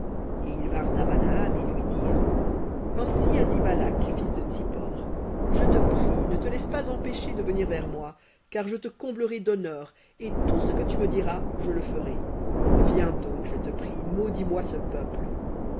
et lui dirent ainsi a dit balak fils de tsippor je te prie ne te laisse pas empêcher de venir vers moi car je te comblerai d'honneurs et tout ce que tu me diras je le ferai viens donc je te prie maudis moi ce peuple